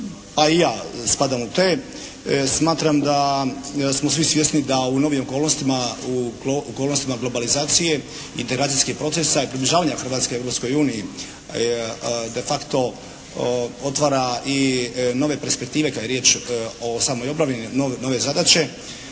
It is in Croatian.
a i ja spadam u te smatram da smo svi svjesni da u novijim okolnostima, u okolnostima globalizacije i …/Govornik se ne razumije./… procesa i približavanja Hrvatske Europskoj uniji de facto otvara i nove perspektive kada je riječ o samoj obrani nove zadaće.